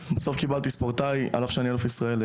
אני במעמד ספורטאי פעיל על אף שאני אלוף ישראל.